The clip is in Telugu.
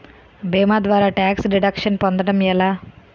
భీమా ద్వారా టాక్స్ డిడక్షన్ పొందటం ఎలా?